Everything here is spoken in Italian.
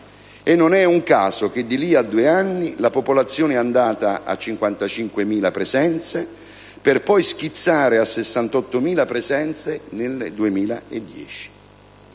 e non è un caso che di lì a due anni la popolazione è andata a 55.000 presenze, per poi schizzare a 68.000 presenze nel 2010.